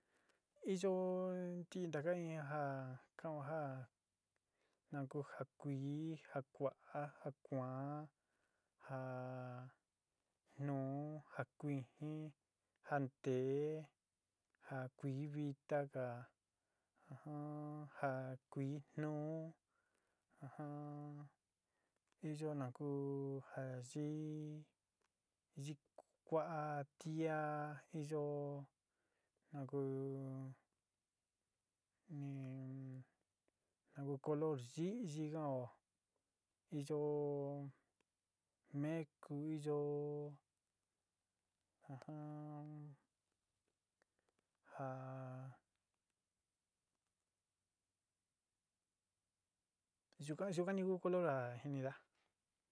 Iyo ntií taka in jaákan'ó ja ja ku ja kuí, ja ku'á, ja kuaán. ja nuú, ja kuijin, ja nteé ja kuí vitaga, ja kui jnuú jun iyo nakú ja yí y´ií kuá tía iyo jakú in ja ku kolor yíyí kan'ó iyo meku iyo a yuka yukan ni ku color ja jinidaá.